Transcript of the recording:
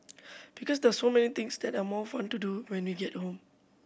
because there are so many things that are more fun to do when we get home